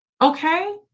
okay